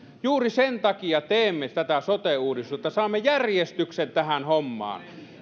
juuri sen takia teemme tätä sote uudistusta että saamme järjestyksen tähän hommaan